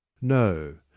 No